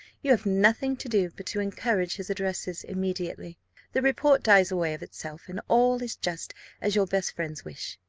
you have nothing to do but to encourage his addresses immediately the report dies away of itself, and all is just as your best friends wish.